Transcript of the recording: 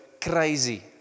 crazy